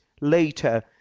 later